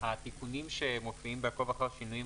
התיקונים שמופיעים ב"עקוב אחר שינויים"